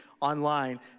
online